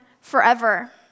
forever